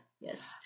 yes